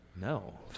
No